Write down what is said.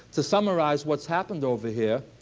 to summarize what's happened over here,